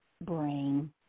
brain